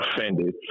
offended